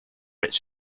its